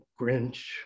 Grinch